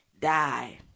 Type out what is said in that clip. die